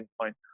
point